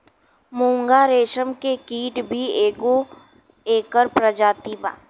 मूंगा रेशम के कीट भी एगो एकर प्रजाति बा